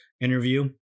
interview